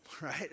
right